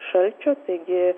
šalčio taigi